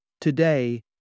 Today